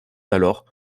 d’alors